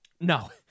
No